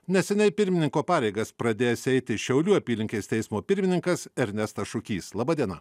neseniai pirmininko pareigas pradėjęs eiti šiaulių apylinkės teismo pirmininkas ernestas šukys laba diena